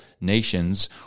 nations